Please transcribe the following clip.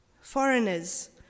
foreigners